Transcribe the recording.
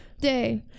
day